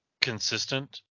consistent